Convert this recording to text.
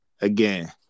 again